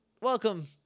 Welcome